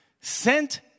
sent